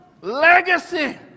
legacy